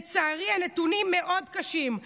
לצערי, הנתונים מאוד קשים.